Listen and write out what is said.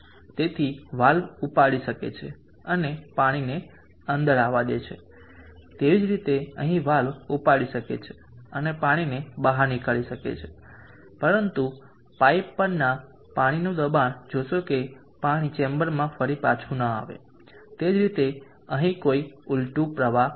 તેથી વાલ્વ ઉપાડી શકે છે અને પાણીને અંદર આવવા દે છે તેવી જ રીતે અહીં વાલ્વ ઉપાડી શકે છે અને પાણીને બહાર નીકળી શકે છે પરંતુ પાઇપ પરના પાણીનું દબાણ જોશે કે પાણી ચેમ્બરમાં ફરી પાછું ન આવે તે જ રીતે અહીં કોઈ ઊલટું પ્રવાહ નથી